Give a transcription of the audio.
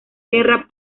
guerra